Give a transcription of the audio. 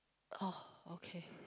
oh okay